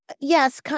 Yes